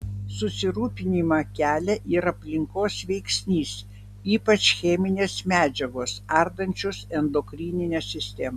susirūpinimą kelia ir aplinkos veiksnys ypač cheminės medžiagos ardančios endokrininę sistemą